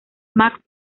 max